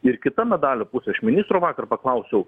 ir kita medalio pusė aš ministro vakar paklausiau